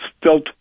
felt